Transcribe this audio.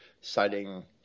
citing